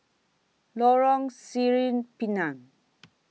Lorong Sireh Pinang